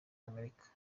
y’amerika